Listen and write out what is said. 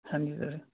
ਹਾਂਜੀ ਸਰ